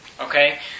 okay